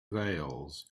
veils